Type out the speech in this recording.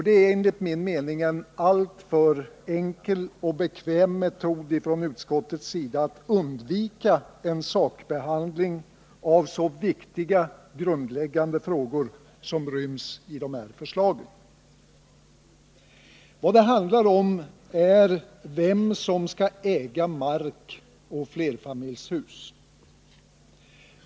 Det är enligt min mening en alltför enkel och bekväm metod för utskottet att undvika en sakbehandling av så viktiga och grundläggande frågor som ryms i förslaget. 112 Vad det handlar om är vem som skall äga mark och flerfamiljshus.